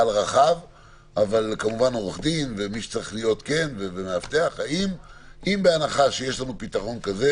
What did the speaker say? אז מה הבעיה עם הנהלת בתי המשפט?